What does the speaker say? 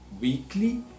weekly